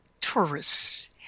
tourists